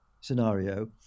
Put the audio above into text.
scenario